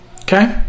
okay